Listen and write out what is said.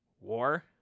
war